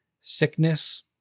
sickness